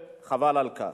וחבל על כך.